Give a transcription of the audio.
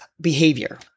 behavior